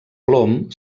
plom